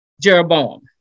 Jeroboam